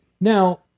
Now